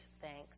thanks